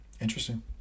interesting